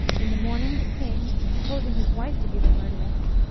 in the morning, the king, supposing his wife to be the murderess,